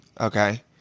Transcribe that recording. Okay